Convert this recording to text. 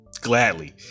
Gladly